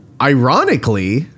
ironically